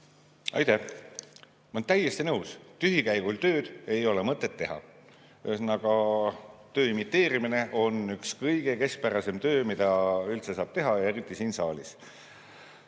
Aitäh! Ma olen täiesti nõus, tühikäigul tööd ei ole mõtet teha. Ühesõnaga, töö imiteerimine on üks kõige keskpärasem töö, mida üldse saab teha, ja eriti siin saalis.